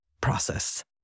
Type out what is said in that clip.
process